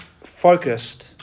focused